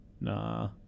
Nah